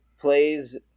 plays